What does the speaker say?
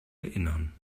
erinnern